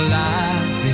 life